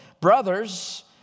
Brothers